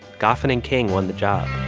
goffin and king won the job